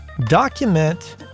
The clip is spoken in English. Document